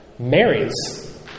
marries